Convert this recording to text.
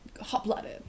Hot-blooded